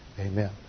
Amen